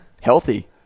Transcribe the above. Healthy